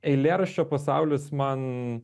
eilėraščio pasaulis man